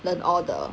learn all the